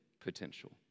potential